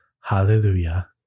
hallelujah